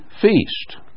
feast